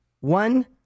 one